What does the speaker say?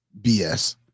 BS